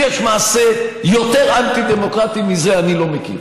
אם יש מעשה יותר אנטי-דמוקרטי מזה, אני לא מכיר.